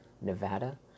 Nevada